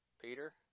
Peter